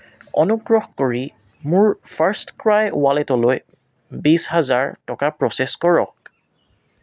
অনুগ্ৰহ কৰি মোৰ ফাৰ্ষ্টক্ৰাই ৱালেটলৈ বিছ হাজাৰ টকা প্ৰ'চেছ কৰক